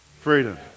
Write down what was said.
freedom